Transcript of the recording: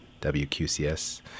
WQCS